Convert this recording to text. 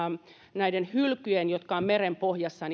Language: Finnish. myös muutamasta hylystä jotka ovat merenpohjassa